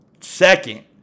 Second